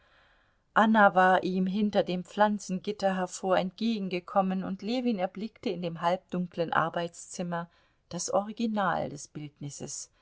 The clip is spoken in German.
anna war ihm hinter dem pflanzengitter hervor entgegengekommen und ljewin erblickte in dem halbdunklen arbeitszimmer das original des bildnisses